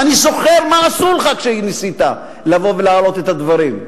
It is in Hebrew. ואני זוכר מה עשו לך כאשר ניסית לבוא ולהעלות את הדברים.